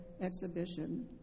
exhibition